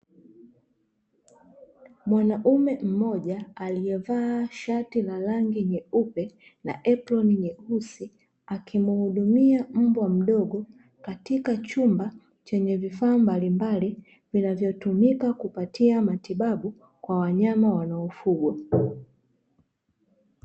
Mwanaume mmoja aliyevaa shati la rangi nyeupe na eproni nyeusi akimuhudumia mbwa mdogo katika chumba chenye vifaa mbalimbali vinavyotumika kupatia matibabu kwa wanyama wanaoufugwa.